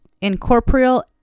Incorporeal